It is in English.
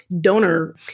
donor